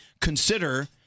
consider